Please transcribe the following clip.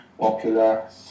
popular